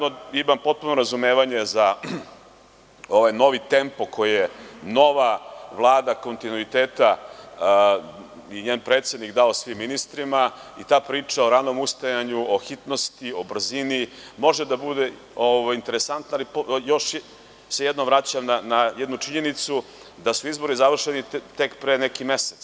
Imam potpuno razumevanje za ovaj novi tempo koji je nova Vlada u kontinuitetu i njen predsednik dao svim ministrima i ta priča o ranom ustajanju, hitnosti i brzini može da bude interesantna, ali se još jednom vraćam na jednu činjenicu da su izbori završeni tek pre neki mesec.